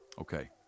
Okay